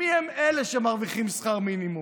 מיהם אלה שמרוויחים שכר מינימום?